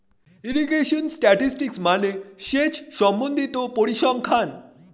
irrigation statistics মানে সেচ সম্বন্ধিত পরিসংখ্যান